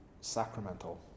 sacramental